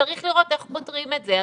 וצריך לראות איך פותרים את זה.